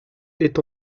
est